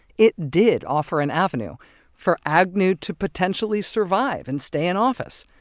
it did offer an avenue for agnew to potentially survive and stay in office.